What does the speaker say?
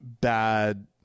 bad